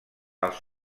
els